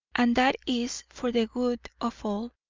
and that is for the good of all,